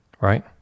right